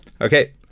Okay